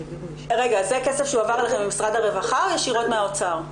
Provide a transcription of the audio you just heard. זה כסף שהועבר אליכם ממשרד הרווחה או ישירות מהאוצר?